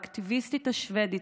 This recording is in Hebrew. האקטיביסטית השבדית,